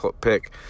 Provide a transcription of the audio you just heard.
pick